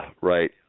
Right